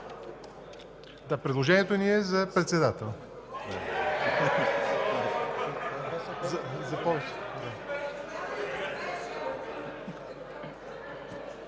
Предложението ни е за председател.